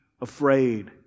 afraid